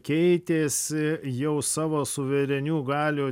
keitėsi jau savo suverenių galių